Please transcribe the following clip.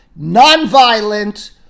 nonviolent